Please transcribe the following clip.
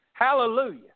Hallelujah